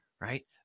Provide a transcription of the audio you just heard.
Right